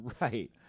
Right